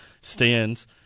stands